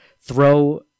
throw